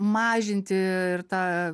mažinti ir tą